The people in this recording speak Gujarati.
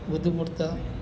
વધુ પડતાં